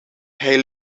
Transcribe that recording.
hij